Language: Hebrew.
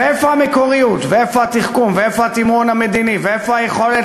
ואיפה המקוריות ואיפה התחכום ואיפה התמרון המדיני ואיפה היכולת